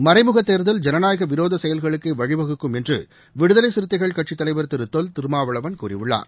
மறைமுக தேர்தல் ஜனநாயக விரோத செயல்களுக்கே வழிவகுக்கும் என்று விடுதலை சிறுத்தைகள் கட்சித்தலைவர் திரு தொல் திருமாவளவன் கூறியுள்ளார்